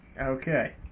Okay